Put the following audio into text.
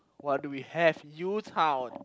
what do we have U-Town